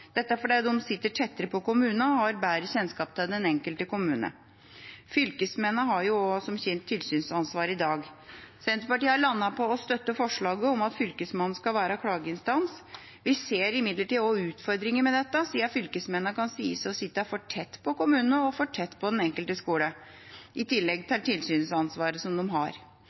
fordi de sitter tettere på kommunene og har bedre kjennskap til den enkelte kommune. Fylkesmennene har som kjent også tilsynsansvaret i dag. Senterpartiet har landet på å støtte forslaget om at Fylkesmannen skal være klageinstans. Vi ser imidlertid også utfordringer med dette, siden fylkesmennene kan sies å sitte for tett på kommunene og for tett på den enkelte skole, i tillegg til tilsynsansvaret som de har.